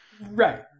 right